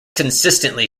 consistently